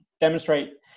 demonstrate